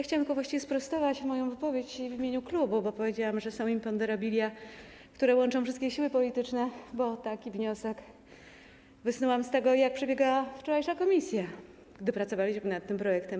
Chciałam właściwie tylko sprostować moją wypowiedź w imieniu klubu, bo powiedziałam, że są imponderabilia, które łączą wszystkie siły polityczne, bo taki wniosek wysnułam z tego, jak przebiegało wczorajsze posiedzenie komisji, gdy pracowaliśmy nad tym projektem.